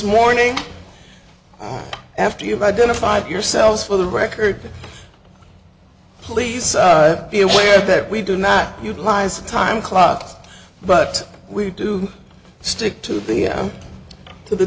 morning after you've identified yourselves for the record please be aware that we do not utilize time clocks but we do stick to the to the